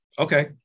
Okay